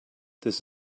this